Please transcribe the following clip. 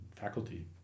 faculty